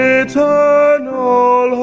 eternal